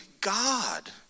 God